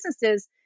businesses